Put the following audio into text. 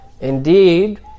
Indeed